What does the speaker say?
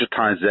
digitization